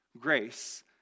Grace